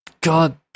God